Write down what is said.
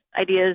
ideas